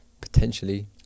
Potentially